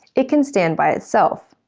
it can stand by itself.